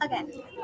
Okay